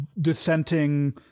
dissenting